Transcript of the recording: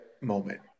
moment